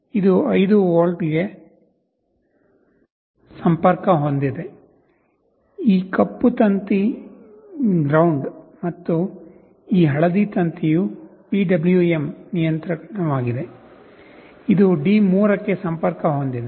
ಇದು 5 ವೋಲ್ಟ್ ಪಾಯಿಂಟ್ಗೆ ಸಂಪರ್ಕ ಹೊಂದಿದೆ ಈ ಕಪ್ಪು ತಂತಿ ಜಿಎನ್ಡಿ ಮತ್ತು ಈ ಹಳದಿ ತಂತಿಯು ಪಿಡಬ್ಲ್ಯೂಎಂ ನಿಯಂತ್ರಣವಾಗಿದೆ ಇದು D3 ಕ್ಕೆ ಸಂಪರ್ಕ ಹೊಂದಿದೆ